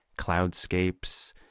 cloudscapes